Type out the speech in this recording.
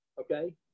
Okay